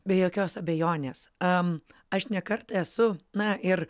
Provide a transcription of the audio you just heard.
be jokios abejonės am aš ne kartą esu na ir